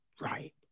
right